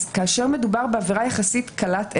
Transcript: כאשר מדובר בעבירה יחסית קלת ערך,